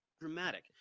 Dramatic